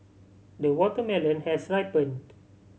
the watermelon has ripened